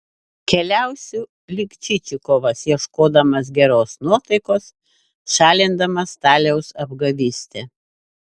keliausiu lyg čičikovas ieškodamas geros nuotaikos šalindamas staliaus apgavystę